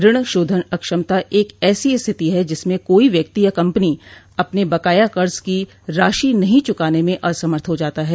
ऋण शोधन अक्षमता एक ऐसी स्थिति है जिसमें कोई व्यक्ति या कंपनी अपने बकाया कर्ज की राशि नहीं चूकाने में असमर्थ हो जाता है